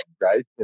right